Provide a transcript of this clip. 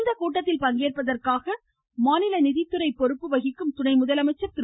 இக்கூட்டத்தில் பங்கேற்பதற்காக நிதித்துறை பொறுப்பு வகிக்கும் குணை முதலமைச்சர் திரு